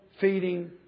feeding